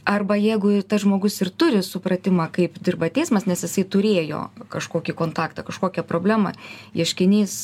arba jeigu į tas žmogus ir turi supratimą kaip dirba teismas nes jisai turėjo kažkokį kontaktą kažkokią problemą ieškinys